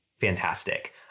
fantastic